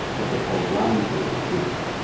what they called round table groups.